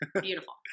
Beautiful